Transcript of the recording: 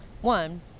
One